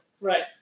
Right